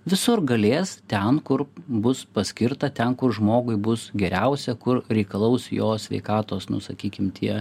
visur galės ten kur bus paskirta ten kur žmogui bus geriausia kur reikalaus jos sveikatos nu sakykim tie